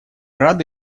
рады